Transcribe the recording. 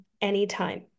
anytime